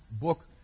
book